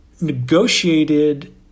negotiated